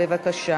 בבקשה.